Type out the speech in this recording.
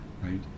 right